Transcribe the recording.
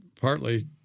partly